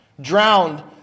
Drowned